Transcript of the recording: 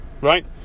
right